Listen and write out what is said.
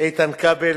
איתן כבל